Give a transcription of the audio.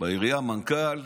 בעירייה מנכ"ל,